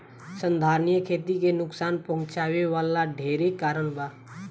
संधारनीय खेती के नुकसान पहुँचावे वाला ढेरे कारण बा